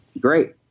great